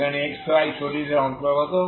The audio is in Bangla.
যেখানে x y শরীরের অন্তর্গত